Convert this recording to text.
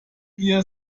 ihr